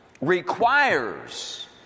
requires